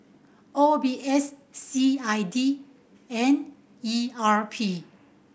O B S C I D and E R P